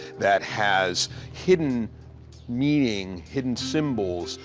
that has hidden meaning, hidden symbols,